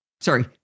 sorry